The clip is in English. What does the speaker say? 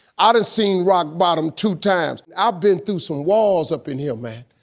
ah done seen rock bottom two times. and i been through some walls up in here, man.